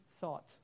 thought